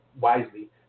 wisely